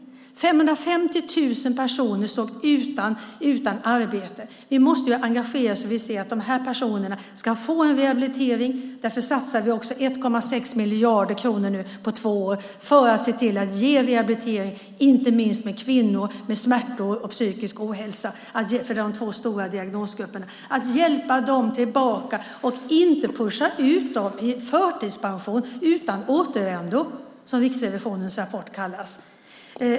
550 000 personer står utan arbete. Vi måste engagera oss så att dessa personer får rehabilitering. Därför satsar vi 1,6 miljarder kronor på två år för att se till att ge rehabilitering. Inte minst gäller det kvinnor med smärtor och psykisk ohälsa, som är de två stora diagnosgrupperna. Det gäller att hjälpa dem tillbaka och inte pusha ut dem i förtidspension, utan återvändo, som det sägs i Riksrevisionens rapport.